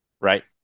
right